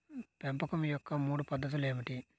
పెంపకం యొక్క మూడు పద్ధతులు ఏమిటీ?